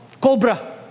Cobra